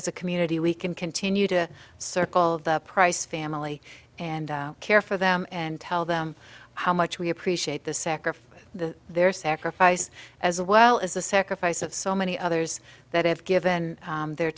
as a community we can continue to circle the price family and care for them and tell them how much we appreciate the sacrifice their sacrifice as well as the sacrifice of so many others that have given their